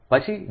પછી dca